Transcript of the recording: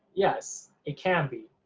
yes, it can be.